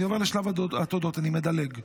אני עובר לשלב התודות, אני מדלג,